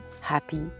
happy